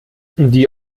die